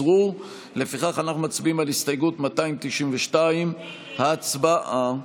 אנחנו עוברים להצבעה על הסתייגות 192. הצבעה.